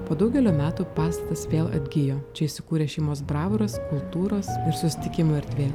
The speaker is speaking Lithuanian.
po daugelio metų pastatas vėl atgijo čia įsikūrė šeimos bravoras kultūros ir susitikimų erdvė